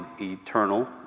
eternal